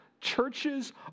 churches